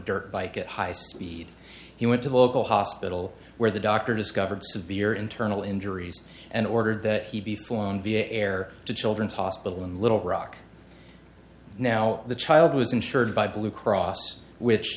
bike at high speed he went to the local hospital where the doctor discovered severe internal injuries and ordered that he be flown via air to children's hospital in little rock now the child was insured by blue cross which